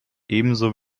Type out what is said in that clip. ebenso